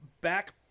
back